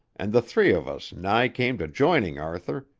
and the three of us nigh came to joining arthur,